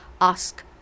ask